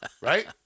right